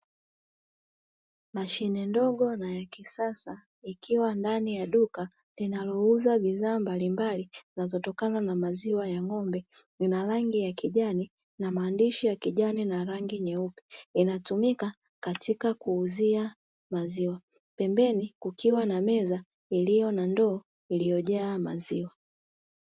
Mashine ndogo na ya kisasa, ikiwa ndani ya duka linalouza bidhaa mbalimbali zinazotokana na maziwa ya ng'ombe ina rangi ya kijani na maandishi ya kijani na rangi nyeupe, inatumika katika kuuzia maziwa, pembeni kukiwa na meza iliyo na ndoo iliyojaa maziwa.